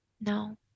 No